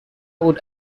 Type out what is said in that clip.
would